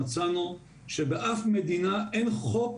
מצאנו שבאף מדינה אין חוק